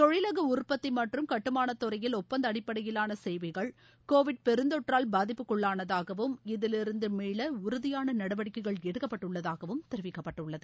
தொழிலக உற்பத்தி மற்றும் கட்டுமானத் துறையில் ஒப்பந்த அடிப்படையிலாள சேவைகள் கோவிட் பாதிப்புக்குள்ளானதாகவும் இதிலிருந்து உறுதியான நடவடிக்கைகள் பெருந்தொற்றால் எடுக்கப்பட்டுள்ளதாகவும் தெரிவிக்கப்பட்டுள்ளது